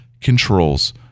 controls